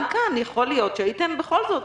גם כאן, יכול להיות שהייתם בכל זאת